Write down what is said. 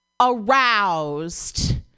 aroused